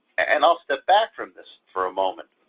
and i'll step back from this for a moment.